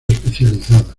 especializada